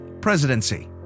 Presidency